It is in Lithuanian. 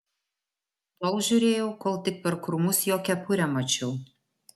tol žiūrėjau kol tik per krūmus jo kepurę mačiau